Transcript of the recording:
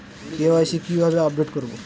KYC কিভাবে update করব?